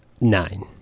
nine